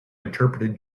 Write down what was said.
interpreted